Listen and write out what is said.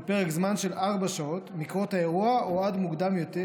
לפרק זמן של ארבע שעות מקרות האירוע או עד מועד מוקדם יותר,